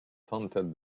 taunted